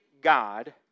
God